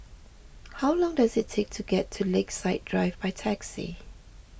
how long does it take to get to Lakeside Drive by taxi